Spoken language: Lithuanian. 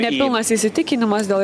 ne pilnas įsitikinimas dėl